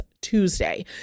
Tuesday